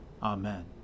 Amen